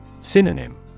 Synonym